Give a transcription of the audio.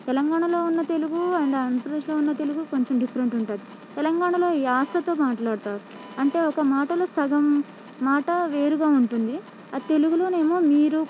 తెలంగాణలో ఉన్న తెలుగు అండ్ ఆంధ్రప్రదేశ్లో ఉన్న తెలుగు కొంచెం డిఫరెంట్ ఉంటుంది తెలంగాణాలో యాసతో మాట్లాడతారు అంటే ఒక మాటలో సగం మాట వేరుగా ఉంటుంది అది తెలుగులోనేమో మీరు